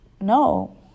No